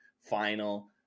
final